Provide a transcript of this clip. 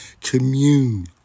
commune